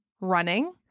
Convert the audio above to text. running